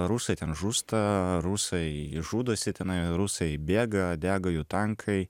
rusai ten žūsta rusai žudosi tenai rusai bėga dega jų tankai